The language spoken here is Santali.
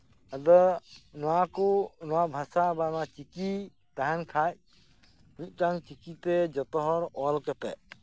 ᱟᱫᱚ ᱱᱚᱣᱟ ᱠᱚ ᱱᱚᱣᱟ ᱵᱷᱟᱥᱟ ᱵᱟ ᱱᱚᱣᱟ ᱪᱤᱠᱤ ᱛᱟᱦᱮᱱ ᱠᱷᱟᱡ ᱢᱤᱫᱴᱟᱝ ᱪᱤᱠᱤᱛᱮ ᱡᱚᱛᱚᱦᱚᱲ ᱚᱞᱠᱟᱛᱮᱫ